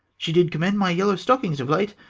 she did commend my yellow stockings of late,